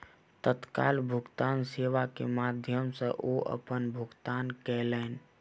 तत्काल भुगतान सेवा के माध्यम सॅ ओ अपन भुगतान कयलैन